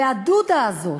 והדוּדא הזאת,